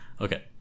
Okay